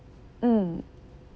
mm